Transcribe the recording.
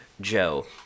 Joe